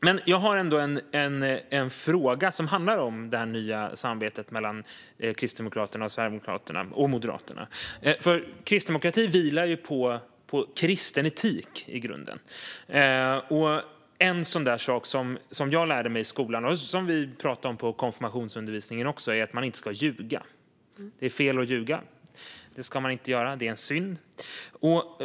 Men jag har ändå en fråga som handlar om det nya samarbetet mellan Kristdemokraterna, Sverigedemokraterna och Moderaterna. Kristdemokratin vilar ju i grunden på kristen etik. En sak som jag lärde mig i skolan och som vi också pratade om i konfirmationsundervisningen är att man inte ska ljuga. Det är fel att ljuga; det är en synd.